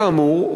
כאמור,